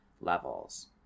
levels